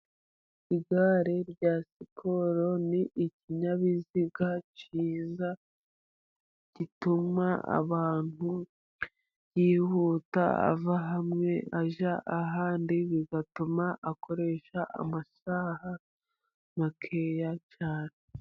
Igare rya sikoro ni ikinyabiziga cyiza gituma umuntu yihuta ava hamwe ajya ahandi, bigatuma akoresha amasaha make cyane.